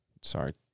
sorry